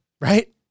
Right